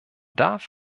darf